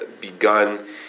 begun